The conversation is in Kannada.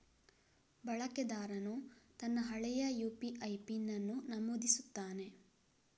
ಬಳಕೆದಾರನು ತನ್ನ ಹಳೆಯ ಯು.ಪಿ.ಐ ಪಿನ್ ಅನ್ನು ನಮೂದಿಸುತ್ತಾನೆ